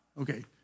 okay